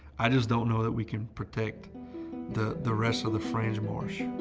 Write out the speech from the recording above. i just don't know that we can protect the the rest of the fringe marsh.